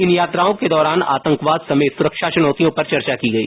इन यात्राओं के दौरान आतंकवाद समेत सुरक्षा चुनौतियों पर चर्चा की गई